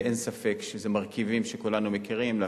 ואין ספק שאלה מרכיבים שכולנו מכירים,